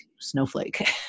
snowflake